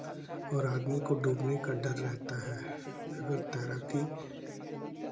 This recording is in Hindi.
और आदमी को डूबने का डर रहता है अगर तैराकी